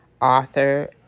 author